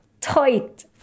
tight